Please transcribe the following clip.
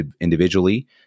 individually